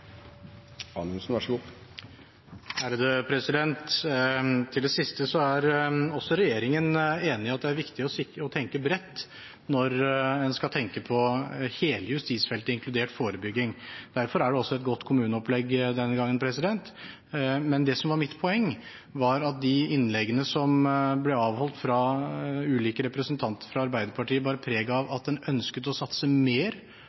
enig i at det er viktig å tenke bredt når en skal tenke på hele justisfeltet, inkludert forebygging. Derfor er det også et godt kommuneopplegg denne gangen. Men det som er mitt poeng, er at de innleggene som er blitt holdt av ulike representanter fra Arbeiderpartiet, bærer preg av at en ønsker å satse mer